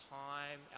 time